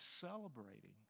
celebrating